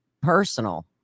personal